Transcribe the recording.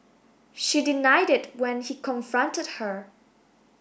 she denied it when he confronted her